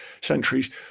centuries